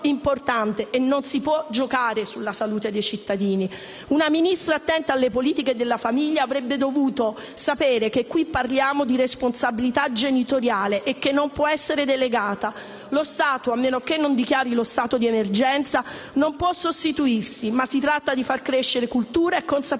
*(Applausi della senatrice Simeoni)*. Una Ministra attenta alle politiche della famiglia avrebbe dovuto sapere che qui parliamo di responsabilità genitoriale che non può essere delegata. Lo Stato, a meno che non dichiari lo stato di emergenza, non può sostituirsi, ma si tratta di far crescere cultura e consapevolezza